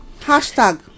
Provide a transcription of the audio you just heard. Hashtag